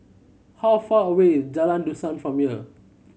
how far away Jalan Dusan from here